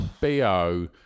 BO